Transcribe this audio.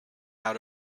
out